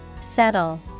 Settle